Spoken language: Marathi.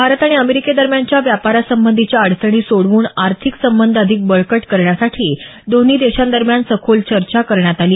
भारत आणि अमेरिकेदरम्यानच्या व्यापारासंबंधीच्या अडचणी सोडवून आर्थिक संबंध अधिक बळकट करण्यासाठी दोन्ही देशांदरम्यान सखोल चर्चा करण्यात आली